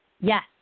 Yes